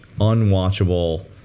unwatchable